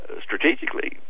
strategically